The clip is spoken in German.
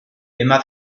immer